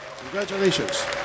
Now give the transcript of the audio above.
Congratulations